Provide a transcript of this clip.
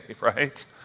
right